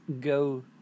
go